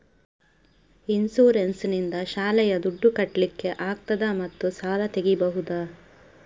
Insurance ನಿಂದ ಶಾಲೆಯ ದುಡ್ದು ಕಟ್ಲಿಕ್ಕೆ ಆಗ್ತದಾ ಮತ್ತು ಸಾಲ ತೆಗಿಬಹುದಾ?